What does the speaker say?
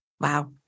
Wow